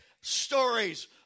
stories